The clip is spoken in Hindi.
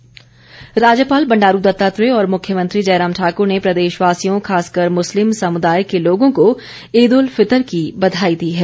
ईद राज्यपाल बंडारू दत्तात्रेय और मुख्यमंत्री जयराम ठाकुर ने प्रदेश वासियों खासकर मुस्लिम समुदाय के लोगों को ईद उल फितर की बघाई दी है